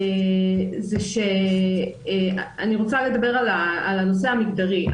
אני רוצה לדבר על הנושא המגדרי.